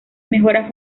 mejora